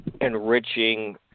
enriching